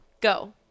go